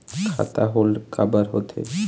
खाता होल्ड काबर होथे?